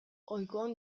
ohikoan